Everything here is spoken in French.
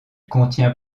contient